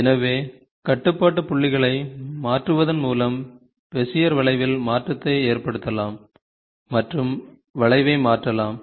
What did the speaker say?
எனவே கட்டுப்பாட்டு புள்ளிகளை மாற்றுவதன் மூலம் பெசியர் வளைவில் மாற்றத்தை ஏற்படுத்தலாம் மற்றும் வளைவை மாற்றலாம்